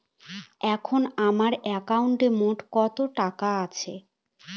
এখন আমার একাউন্টে মোট কত টাকা আছে?